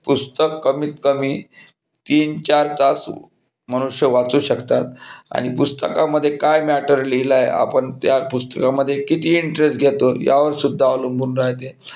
पुस्तक कमीत कमी तीन चार तास मनुष्य वाचू शकतात आणि पुस्तकामध्ये काय मॅटर लिहिलं आहे आपण त्या पुस्तकामधे किती इंटरेस्ट घेतो यावरसुद्धा अवलंबून राहते